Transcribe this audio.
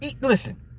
Listen